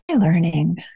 learning